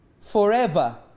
forever